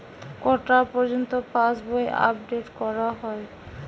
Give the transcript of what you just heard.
কটা পযর্ন্ত পাশবই আপ ডেট করা হয়?